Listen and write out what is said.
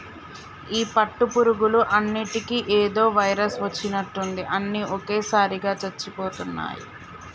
ఈ పట్టు పురుగులు అన్నిటికీ ఏదో వైరస్ వచ్చినట్టుంది అన్ని ఒకేసారిగా చచ్చిపోతున్నాయి